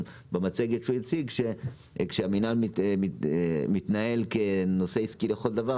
כשהמינהל מתנהל כעסק לכל דבר,